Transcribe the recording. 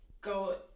go